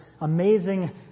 amazing